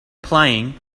playing